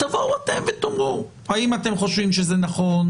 תבואו אתם ותאמרו אם אתם חושבים שזה נכון